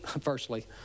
firstly